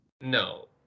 No